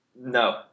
No